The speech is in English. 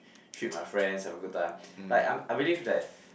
treat my friends have a good time like I I believe that